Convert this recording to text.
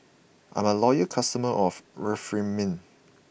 I'm a loyal customer of Remifemin